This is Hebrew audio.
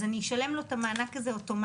אז אני אשלם לו את המענק הזה אוטומטית.